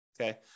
okay